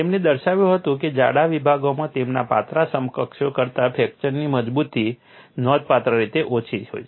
તેમણે દર્શાવ્યું હતું કે જાડા વિભાગોમાં તેમના પાતળા સમકક્ષો કરતા ફ્રેક્ચરની મજબૂતી નોંધપાત્ર રીતે ઓછી હોય છે